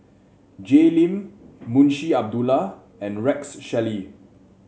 Jay Lim Munshi Abdullah and Rex Shelley